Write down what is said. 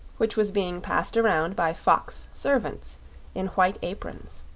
which was being passed around by fox-servants in white aprons.